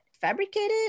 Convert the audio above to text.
fabricated